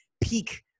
peak